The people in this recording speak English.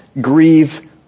grieve